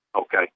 Okay